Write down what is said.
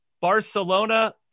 Barcelona